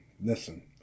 listen